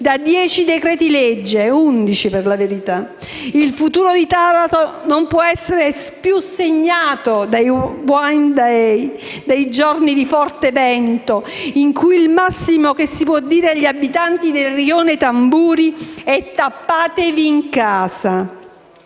da undici decreti-legge. Il futuro di Taranto non può essere segnato dai *wind day*, dai giorni di forte vento, in cui il massimo che si può dire agli abitanti del rione Tamburi è: «Tappatevi in casa».